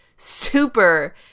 super